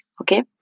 Okay